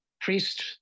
Priest